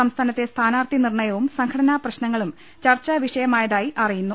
സംസ്ഥാനത്തെ സ്ഥാനാർത്ഥി നിർണയവും സംഘടനാപ്രശ്ന ങ്ങളും ചർച്ചാ വിഷയമായതായി അറിയുന്നു